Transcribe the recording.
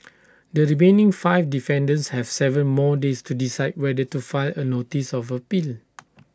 the remaining five defendants have Seven more days to decide whether to file A notice of appeal